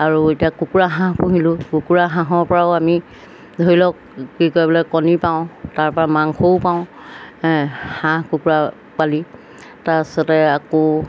আৰু এতিয়া কুকুৰা হাঁহ পুহিলেও কুকুৰা হাঁহৰপৰাও আমি ধৰি লওক কি কয় বোলে কণী পাওঁ তাৰপৰা মাংসও পাওঁ হাঁহ কুকুৰা পালি তাৰপিছতে আকৌ